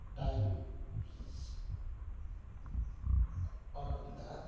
Times ᱟᱨ ᱫᱟ